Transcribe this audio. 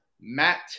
Matt